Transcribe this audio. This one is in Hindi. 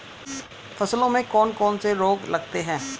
फसलों में कौन कौन से रोग लगते हैं?